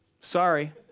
sorry